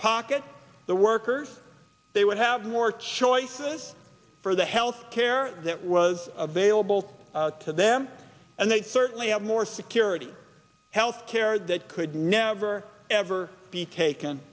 pockets the workers they would have more choices for the health care that was available to them and they certainly have more security health care that could never ever be taken